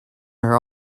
are